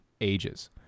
ages